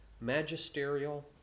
Magisterial